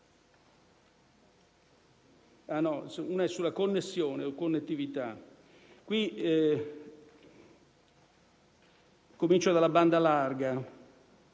sono su connessione e connettività. Comincio dalla banda larga: